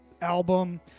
album